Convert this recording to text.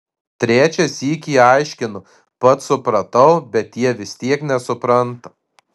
trečią sykį aiškinu pats supratau bet jie vis tiek nesupranta